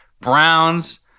Browns